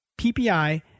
PPI